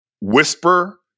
whisper